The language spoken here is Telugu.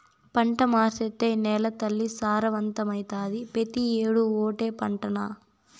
పంట మార్సేత్తే నేలతల్లి సారవంతమైతాది, పెతీ ఏడూ ఓటే పంటనా